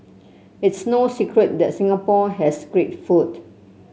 it's no secret that Singapore has great food